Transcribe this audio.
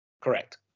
Correct